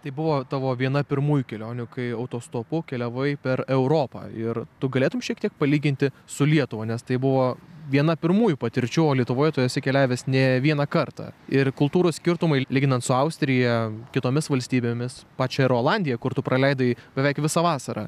tai buvo tavo viena pirmųjų kelionių kai autostopu keliavai per europą ir tu galėtum šiek tiek palyginti su lietuva nes tai buvo viena pirmųjų patirčių o lietuvoje tu esi keliavęs ne vieną kartą ir kultūrų skirtumai lyginant su austrija kitomis valstybėmis pačia ir olandija kur tu praleidai beveik visą vasarą